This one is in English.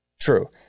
true